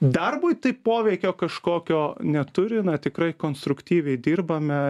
darbui tai poveikio kažkokio neturi na tikrai konstruktyviai dirbame